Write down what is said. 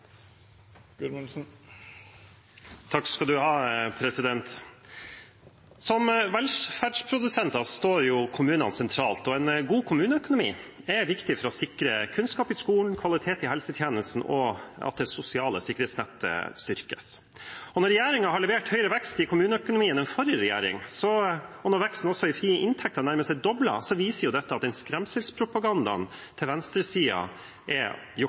Som velferdsprodusenter står kommunene sentralt. En god kommuneøkonomi er viktig for å sikre kunnskap i skolen, kvalitet i helsetjenesten og at det sosiale sikkerhetsnettet styrkes. At regjeringen har levert større vekst i kommuneøkonomien enn forrige regjering og veksten i frie inntekter nærmest er doblet, viser jo at skremselspropagandaen fra venstresiden er gjort